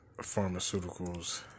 pharmaceuticals